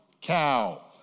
cow